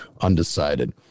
undecided